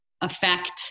affect